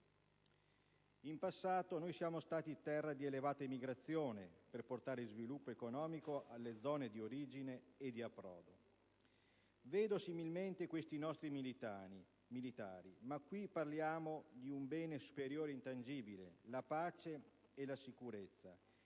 In passato, noi siamo stati terra di elevata emigrazione, per portare sviluppo economico alle zone di origine e di approdo. Vedo similmente questi nostri militari - ma qui parliamo di un bene superiore ed intangibile, la pace e la sicurezza